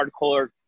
hardcore